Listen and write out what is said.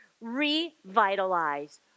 revitalize